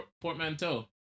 portmanteau